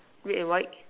red and white